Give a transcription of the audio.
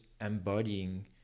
embodying